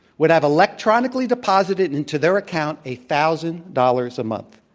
would have electronically deposited into their account a thousand dollars a month.